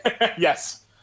Yes